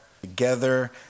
together